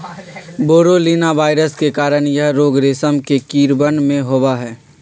बोरोलीना virus के कारण यह रोग रेशम के कीड़वन में होबा हई